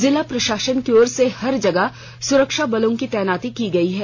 जिला प्रशासन की ओर से हर जगह सुरक्षा बर्लो की तैनाती की गयी है